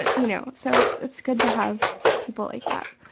ah you know so it's good to have people like that.